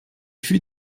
fut